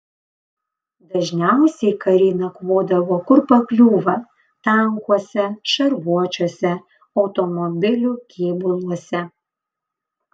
dažniausiai kariai nakvodavo kur pakliūva tankuose šarvuočiuose automobilių kėbuluose